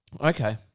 Okay